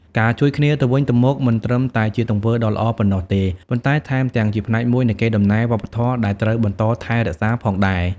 ការជួយគ្នាទៅវិញទៅមកមិនត្រឹមតែជាទង្វើដ៏ល្អប៉ុណ្ណោះទេ ប៉ុន្តែថែមទាំងជាផ្នែកមួយនៃកេរដំណែលវប្បធម៌ដែលត្រូវបន្តថែរក្សាផងដែរ។